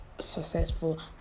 successful